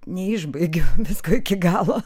neišbaigiu visko iki galo